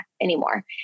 anymore